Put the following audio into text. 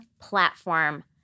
platform